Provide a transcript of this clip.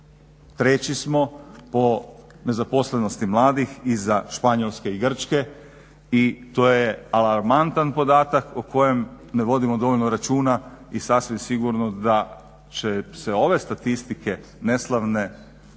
treći smo po nezaposlenosti mladih iza Španjolska i Grčke i to je alarmantan podatak o kojem ne vodimo dovoljno računa i sasvim sigurno da će se ove statistike neslavne